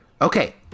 Okay